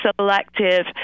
selective